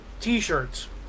t-shirts